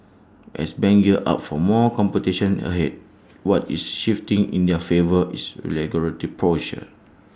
as banks gear up for more competition ahead what is shifting in their favour is regulatory posture